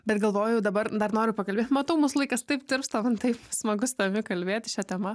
bet galvoju dabar dar noriu pakalbėt matau mūsų laikas taip tirpsta man taip smagu su tavimi kalbėti šia tema